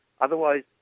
Otherwise